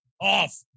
off